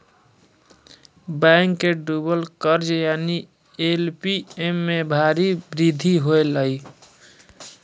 bank के डूबल कर्ज यानि एन.पी.ए में भारी वृद्धि होलय